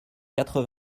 quatre